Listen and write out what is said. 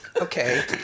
Okay